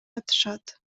атышат